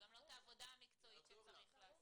וגם לא את העבודה המקצועית שצריך לעשות.